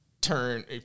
turn